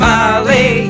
Molly